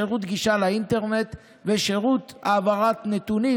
שירות גישה לאינטרנט ושירות העברת נתונים,